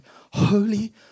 holy